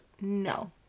No